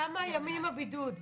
כמה ימים הבידוד?